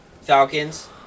Falcons